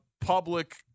public